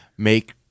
Make